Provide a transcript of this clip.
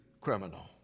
criminal